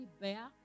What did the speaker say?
bear